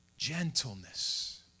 Gentleness